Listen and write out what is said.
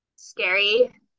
Scary